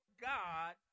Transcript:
God